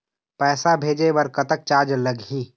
पैसा भेजे बर कतक चार्ज लगही?